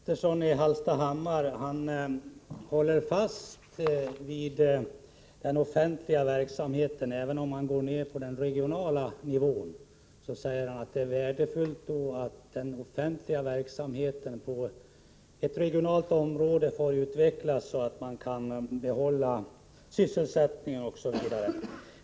Herr talman! Hans Petersson i Hallstahammar håller fast vid den offentliga verksamheten, även om han går ned på regional nivå och säger att det är värdefullt att den offentliga verksamheten regionalt får utvecklas så att sysselsättningen upprätthålls.